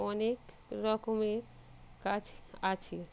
অনেক রকমের কাজ আছে